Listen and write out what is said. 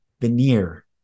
veneer